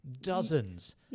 dozens